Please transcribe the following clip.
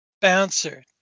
bouncer